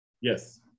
Yes